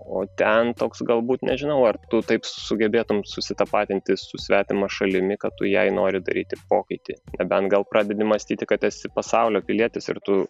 o ten toks galbūt nežinau ar tu taip sugebėtum susitapatinti su svetima šalimi kad tu jai nori daryti pokytį nebent gal pradedi mąstyti kad esi pasaulio pilietis ir tu